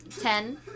Ten